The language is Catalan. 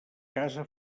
casa